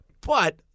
But-